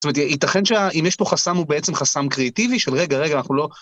זאת אומרת, ייתכן שאם יש פה חסם, הוא בעצם חסם קריאטיבי של רגע, רגע, אנחנו לא...